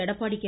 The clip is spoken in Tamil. எடப்பாடி கே